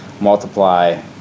multiply